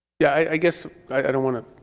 yeah i guess i don't want to